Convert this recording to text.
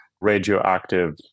radioactive